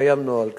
קיים נוהל כזה,